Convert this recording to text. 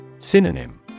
Synonym